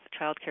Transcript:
childcare